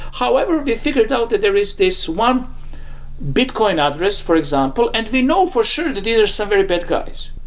however, we figured out that there is this one bitcoin address, for example, and we know for sure that and these are some very bad guys.